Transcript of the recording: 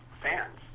fans